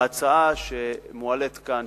ההצעה המועלית כאן,